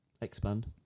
Expand